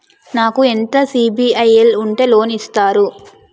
నాకు ఎంత సిబిఐఎల్ ఉంటే లోన్ ఇస్తారు?